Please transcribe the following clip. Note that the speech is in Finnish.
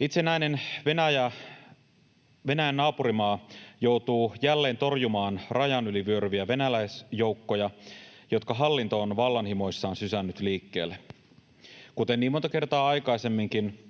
itsenäinen Venäjän naapurimaa joutuu jälleen torjumaan rajan yli vyöryviä venäläisjoukkoja, jotka hallinto on vallanhimoissaan sysännyt liikkeelle. Kuten niin monta kertaa aikaisemminkin,